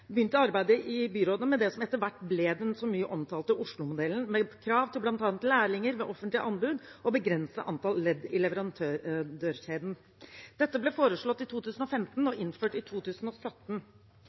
med det som etter hvert ble den mye omtalte Oslo-modellen med krav til bl.a. lærlinger ved offentlig anbud og begrenset antall ledd i leverandørkjeden. Dette ble foreslått i 2015 og